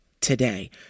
today